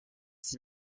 six